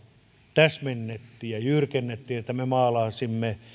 täsmennettiin ja jyrkennettiin kun me maalasimme